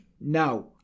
Now